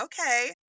okay